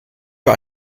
für